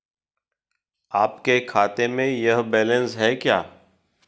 आपके खाते में यह बैलेंस है क्या?